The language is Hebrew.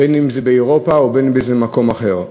אם באירופה ואם במקומות אחרים.